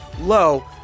low